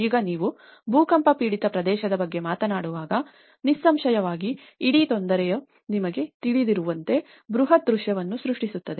ಈಗ ನೀವು ಭೂಕಂಪ ಪೀಡಿತ ಪ್ರದೇಶದ ಬಗ್ಗೆ ಮಾತನಾಡುವಾಗ ನಿಸ್ಸಂಶಯವಾಗಿ ಇಡೀ ತೊಂದರೆಯು ನಿಮಗೆ ತಿಳಿದಿರುವಂತೆ ಬೃಹತ್ ದೃಶ್ಯವನ್ನು ಸೃಷ್ಟಿಸುತ್ತದೆ